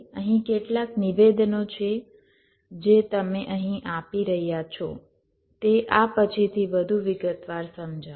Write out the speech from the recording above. અહીં કેટલાક નિવેદનો છે જે તમે અહીં આપી રહ્યાં છો તે આ પછીથી વધુ વિગતવાર સમજાવશે